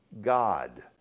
God